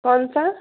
कौन सा